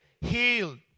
healed